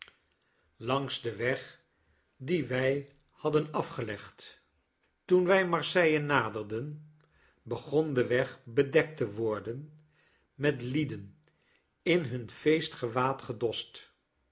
langs den weg dien wij hadden afgelegd toen wij marseille naderden begon de weg bedekt te worden met lieden in hun